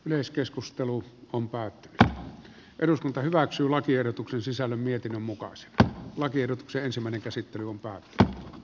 myös keskustelu on päätti eduskunta hyväksyy lakiehdotuksen sisällä mietinnön mukaan sitä lakiehdotukseen sementin käsittely täysin turvassa